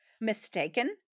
mistaken